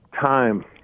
time